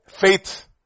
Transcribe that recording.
faith